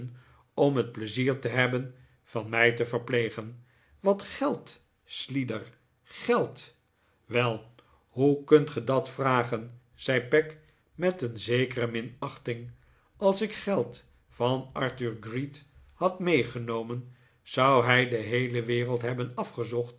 om het pleizier te hebben van mij te verplegen wat geld slider geld wel hoe kunt ge dat vragen zei peg met een zekere minachting als ik geld van arthur gride had meegenomen zou hij de heele wereld hebben afgezocht